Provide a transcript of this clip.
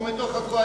או מתוך הקואליציה?